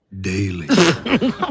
Daily